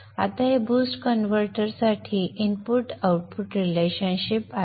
आता हे बूस्ट कन्व्हर्टरसाठी इनपुट आउटपुट संबंध आहे